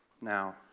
now